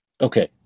Okay